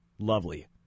Lovely